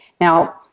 Now